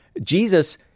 Jesus